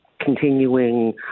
continuing